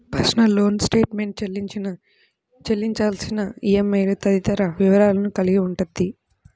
personal loan statement చెల్లించిన, చెల్లించాల్సిన ఈఎంఐలు తదితర వివరాలను కలిగి ఉండిద్ది